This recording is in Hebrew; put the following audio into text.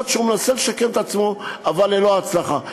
הוא מנסה לשקם את עצמו, אבל ללא הצלחה.